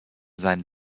seinen